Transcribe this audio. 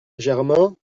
germain